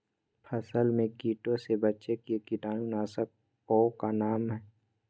फसल में कीटों से बचे के कीटाणु नाशक ओं का नाम?